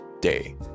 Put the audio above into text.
day